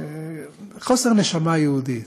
חוסר נשמה יהודית.